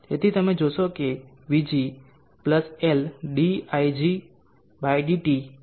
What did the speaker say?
તેથી તમે જોશો કે vg L digdt એ Vl છે